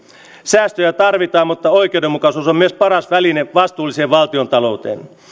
säästöjä tarvitaan mutta oikeudenmukaisuus on myös paras väline vastuulliseen valtiontalouteen